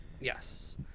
Yes